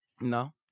No